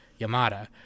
yamada